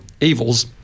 evils